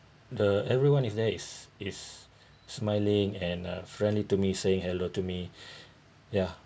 the everyone is there is smiling and uh friendly to me saying hello to me ya